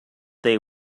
they